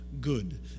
good